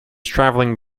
travelling